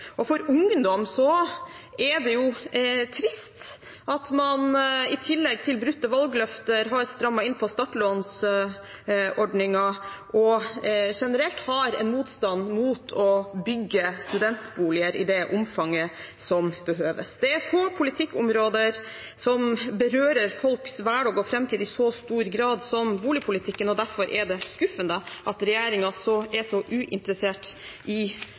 For ungdom er det trist at man i tillegg til brutte valgløfter har strammet inn på startlånsordningen og generelt har en motstand mot å bygge studentboliger i det omfanget som behøves. Det er få politikkområder som berører folks hverdag og framtid i så stor grad som boligpolitikken, og derfor er det skuffende at regjeringen er så uinteressert i